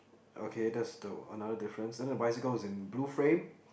okay that's the another difference then the bicycle is in blue frame